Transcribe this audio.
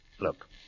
Look